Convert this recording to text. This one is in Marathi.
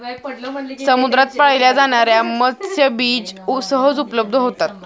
समुद्रात पाळल्या जाणार्या मत्स्यबीज सहज उपलब्ध होतात